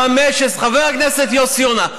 חבר הכנסת יוסי יונה,